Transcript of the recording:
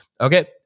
Okay